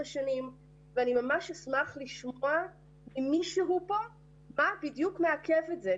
שנים ואני ממש אשמח לשמוע ממישהו פה מה בדיוק מעכב את זה,